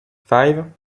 five